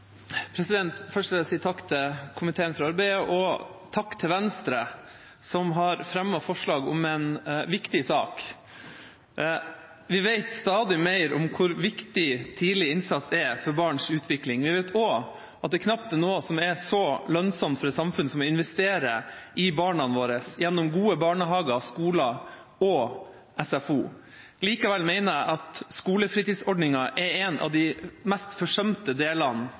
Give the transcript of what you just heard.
for barns utvikling. Vi vet også at det knapt er noe som er så lønnsomt for samfunnet som å investere i barna våre, gjennom gode barnehager, skoler og SFO. Likevel mener jeg at skolefritidsordningen er en av de mest forsømte delene